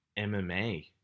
MMA